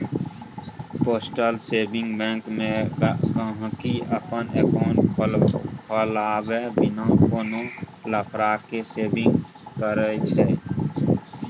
postal saving bank मे गांहिकी अपन एकांउट खोलबाए बिना कोनो लफड़ा केँ सेविंग करय छै